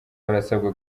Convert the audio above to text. barasabwa